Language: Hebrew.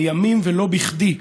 לימים, ולא בכדי,